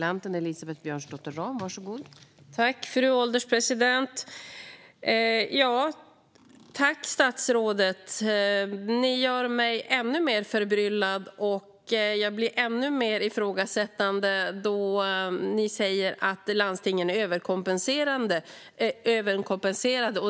Fru ålderspresident! Tack, statsrådet! Ni gör mig ännu mer förbryllad, och jag blir ännu mer ifrågasättande då ni säger att landstingen är överkompenserade.